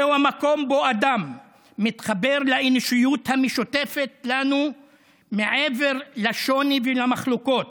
זהו המקום שבו אדם מתחבר לאנושיות המשותפת לנו מעבר לשוני ולמחלוקות.